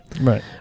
right